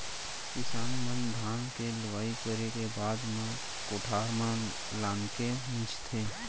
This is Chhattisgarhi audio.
किसान मन धान के लुवई करे के बाद म कोठार म लानके मिंजथे